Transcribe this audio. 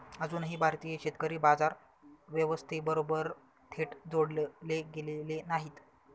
अजूनही भारतीय शेतकरी बाजार व्यवस्थेबरोबर थेट जोडले गेलेले नाहीत